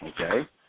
Okay